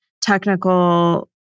technical